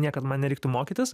niekad man nereiktų mokytis